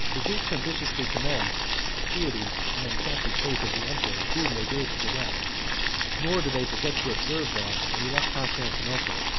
the greeks ambitiously commend the piety and catholic faith of the emperor whom they gave to the west nor do they forget to observe, that when he left constantinople,